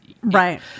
right